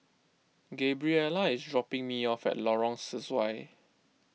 Gabriella is dropping me off at Lorong Sesuai